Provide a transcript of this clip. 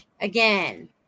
Again